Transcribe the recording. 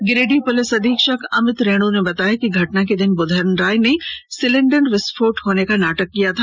Giridih police अधीक्षक अमित रेणु ने बताया कि घटना के दिन बुधन राय ने सिलेंडर विस्फोट होने का नाटक किया था